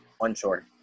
onshore